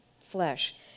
flesh